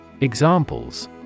Examples